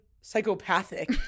psychopathic